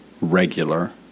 regular